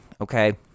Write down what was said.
okay